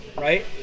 right